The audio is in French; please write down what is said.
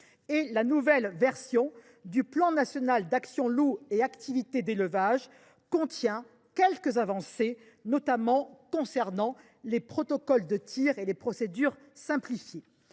la nouvelle version du plan national d’actions sur le loup et les activités d’élevage contient quelques avancées, notamment pour ce qui concerne les protocoles de tir et les procédures simplifiées.